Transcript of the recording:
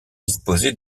disposait